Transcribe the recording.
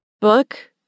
Book